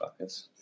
fuckers